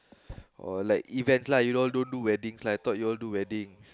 or like events lah you all don't do weddings lah I thought you all do weddings